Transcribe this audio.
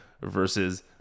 versus